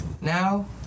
Now